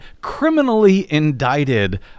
criminally-indicted